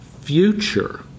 future